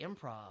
Improv